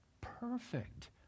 perfect